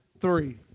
three